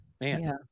man